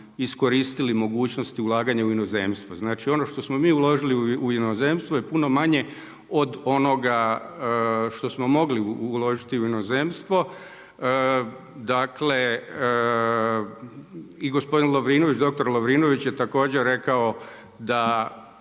iskoristili mogućnosti ulaganja u inozemstvo. Znači ono što smo mi uložili u inozemstvo je puno manje od onoga što smo mogli uložiti u inozemstvo. Dakle i gospodin Lovrinović, doktor Lovrinović je također rekao da